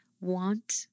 want